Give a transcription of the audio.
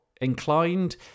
inclined